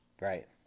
Right